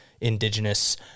indigenous